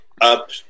up